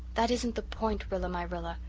that isn't the point, rilla-my-rilla.